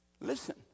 Listen